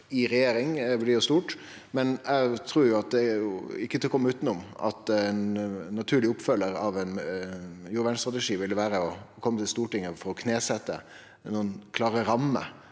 i regjeringa blir stort. Eg trur ikkje det er til å kome utanom at ein naturleg oppfølgjar av ein jordvernstrategi ville vere å kome til Stortinget for å knesetje nokre klare rammer